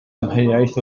amheuaeth